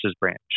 branch